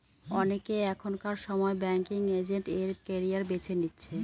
অনেকে এখনকার সময় ব্যাঙ্কিং এজেন্ট এর ক্যারিয়ার বেছে নিচ্ছে